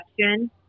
question